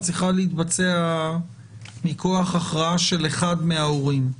צריכה להתבצע מכוח הכרעה של אחד מההורים.